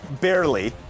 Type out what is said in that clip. Barely